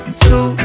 two